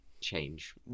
change